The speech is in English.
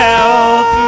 Help